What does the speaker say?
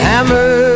Hammer